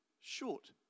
short